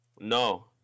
no